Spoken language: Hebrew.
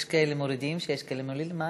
יש כאלה שמורידים ויש כאלה שמעלים.